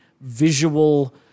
visual